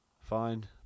fine